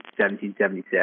1776